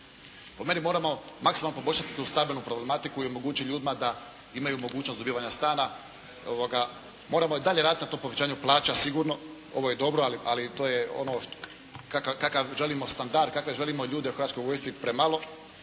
Po meni moramo maksimalno poboljšati tu …/Govornik se ne razumije./… problematiku i omogućiti ljudima da imaju mogućnost dobivanja stana. Moramo i dalje raditi na tom povećanju plaća sigurno, ovo je dobro, ali to je ono što, kakav želimo standard, kakve želimo ljude u Hrvatskoj vojsci premalo.